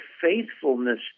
faithfulness